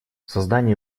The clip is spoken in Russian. создание